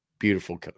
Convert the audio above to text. Beautiful